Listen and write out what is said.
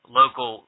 local